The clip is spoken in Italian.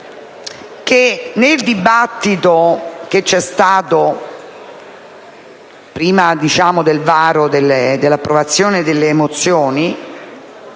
che nel dibattito che si è svolto prima dell'approvazione delle mozioni,